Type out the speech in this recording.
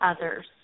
others